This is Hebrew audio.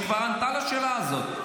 והיא כבר ענתה על השאלה הזאת.